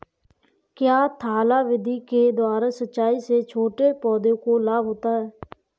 क्या थाला विधि के द्वारा सिंचाई से छोटे पौधों को लाभ होता है?